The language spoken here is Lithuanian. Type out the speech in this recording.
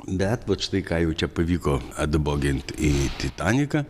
bet vat štai ką jau čia pavyko atbogint į titaniką